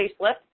facelift